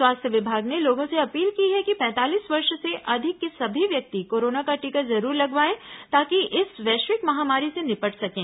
स्वास्थ्य विभाग ने लोगों से अपील कि है कि पैंतालीस वर्ष से अधिक से सभी व्यक्ति कोरोना का टीका जरूर लगवाएं ताकि इस वैश्विक महामारी से निपट सकें